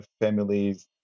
Families